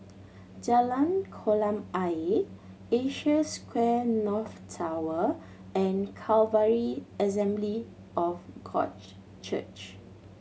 Jalan Kolam Ayer Asia Square North Tower and Calvary Assembly of God Church